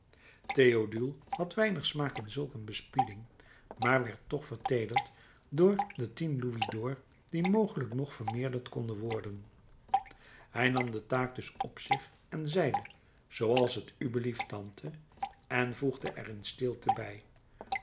théodule had weinig smaak in zulk een bespieding maar werd toch verteederd door de tien louisd'ors die mogelijk nog vermeerderd konden worden hij nam de taak dus op zich en zeide zooals t u belieft tante en voegde er in stilte bij